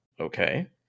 okay